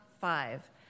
five